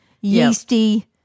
yeasty